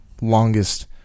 longest